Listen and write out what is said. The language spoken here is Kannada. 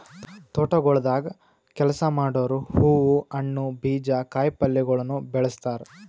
ತೋಟಗೊಳ್ದಾಗ್ ಕೆಲಸ ಮಾಡೋರು ಹೂವು, ಹಣ್ಣು, ಬೀಜ, ಕಾಯಿ ಪಲ್ಯಗೊಳನು ಬೆಳಸ್ತಾರ್